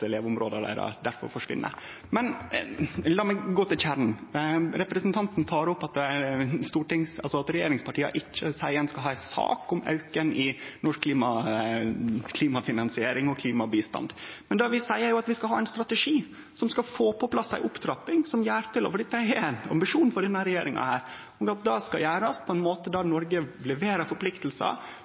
Men la meg gå til kjernen: Representanten tek opp at regjeringspartia ikkje seier at ein skal ha ei sak om auken i norsk klimafinansiering og klimabistand. Men det vi seier, er jo at vi skal ha ein strategi som skal få på plass ei opptrapping av dette – for dette er ein ambisjon for denne regjeringa – og at det skal gjerast på ein måte der Noreg